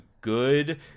good